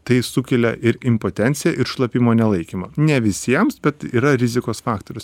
tai sukelia ir impotenciją ir šlapimo nelaikymą ne visiems bet yra rizikos faktorius